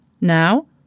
Now